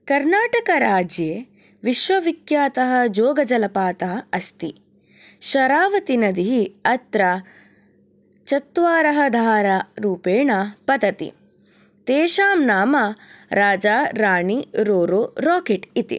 कर्णाटकराज्ये विश्वविख्यातः जोगजलपातः अस्ति शरावती नदी अत्र चत्वारः धारारूपेण पतति तेषां नाम राजा राणी रोरो राकेट् इति